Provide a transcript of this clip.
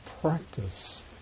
practice